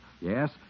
Yes